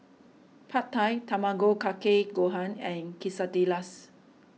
Pad Thai Tamago Kake Gohan and Quesadillas